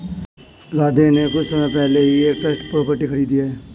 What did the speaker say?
राधे ने कुछ समय पहले ही एक ट्रस्ट प्रॉपर्टी खरीदी है